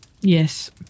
Yes